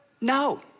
no